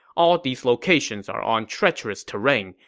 all these locations are on treacherous terrain.